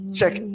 check